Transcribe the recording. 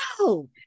No